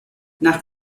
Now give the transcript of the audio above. nach